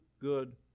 good